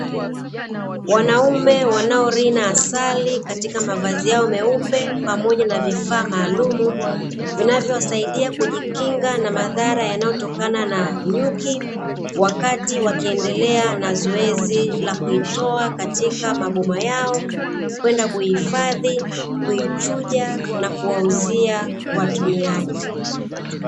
Wanaume wanaorina asali katika mavazi yao meupe pamoja na vifaa maalumu, vinavyowasaidia kujikinga na madhara yatokanayo na nyuki, wakati wakiendelea na zoezi la kuitoa katika maboma yao kwenda kuhifadhi, kuichuja na kuwauzia watumiaji.